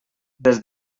des